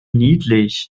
niedlich